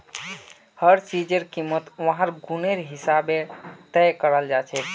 हर चीजेर कीमत वहार गुनेर हिसाबे तय कराल जाछेक